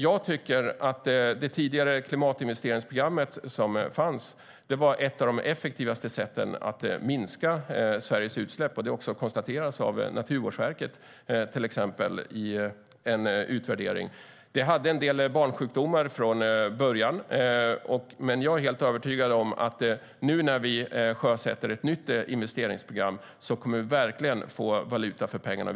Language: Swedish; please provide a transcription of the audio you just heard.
Det tidigare klimatinvesteringsprogrammet var ett av de effektivaste sätten att minska Sveriges utsläpp. Det har också Naturvårdsverket konstaterat i en utvärdering. Det hade en del barnsjukdomar, men jag är övertygad om att när vi nu sjösätter ett nytt investeringsprogram kommer vi verkligen att få valuta för pengarna.